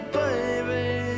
baby